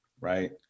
Right